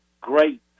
great